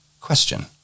Question